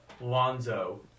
lonzo